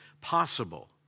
possible